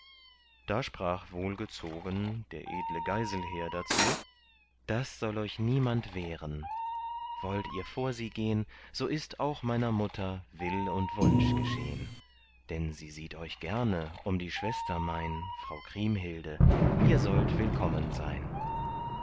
da sprach wohlgezogen der edle geiselher dazu das soll euch niemand wehren wollt ihr vor sie gehn so ist auch meiner mutter will und wunsch geschehn denn sie sieht euch gerne um die schwester mein frau kriemhilde ihr sollt ihr willkommen sein